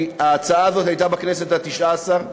כי ההצעה הזאת עלתה בכנסת התשע-עשרה,